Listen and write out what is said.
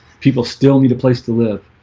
people still need a place to live